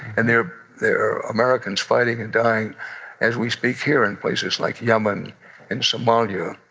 and there there are americans fighting and dying as we speak here in places like yemen and somalia,